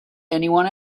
anyone